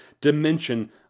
dimension